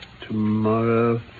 tomorrow